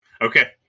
Okay